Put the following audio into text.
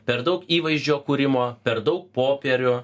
per daug įvaizdžio kūrimo per daug popierių